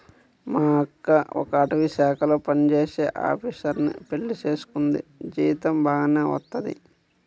మా అక్క ఒక అటవీశాఖలో పనిజేసే ఆపీసరుని పెళ్లి చేసుకుంది, జీతం బాగానే వత్తది